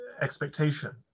expectation